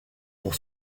pour